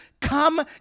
come